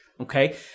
okay